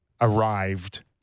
arrived